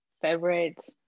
favorite